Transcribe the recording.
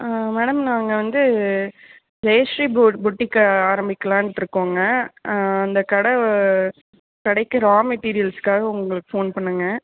madam நாங்கள் வந்து ஜெயஸ்ரீ போர்ட் பொட்டிக்கு ஆரமிக்கலாண்ட்டிருக்கோங்க அந்தக் கடை கடைக்கு ரா மெட்டிரியல்ஸ்ஸுகாக உங்களுக்கு ஃபோன் பண்ணிணேங்க